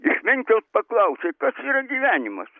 išminčiaus paklausė kas yra gyvenimas